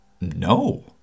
No